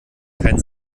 kein